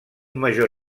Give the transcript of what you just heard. major